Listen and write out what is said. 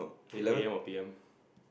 A_M or P_M